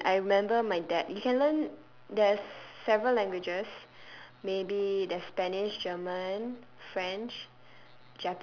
and I remember my dad you can learn there's several languages maybe there's spanish german french